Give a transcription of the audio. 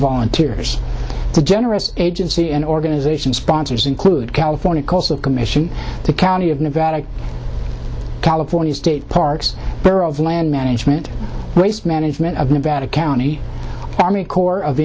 volunteers generous agency an organization sponsors include california coastal commission the county of nevada california state parks bureau of land management waste management of nevada county army corps of